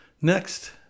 Next